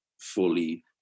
fully